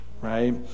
right